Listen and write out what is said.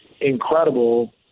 incredible